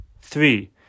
Three